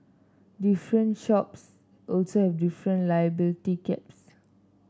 different shops also have different liability caps